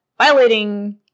violating